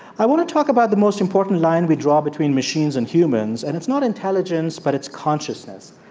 i want to talk about the most important line we draw between machines and humans, and it's not intelligence, but it's consciousness.